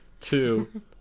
Two